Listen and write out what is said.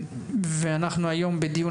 ואנחנו היום בדיון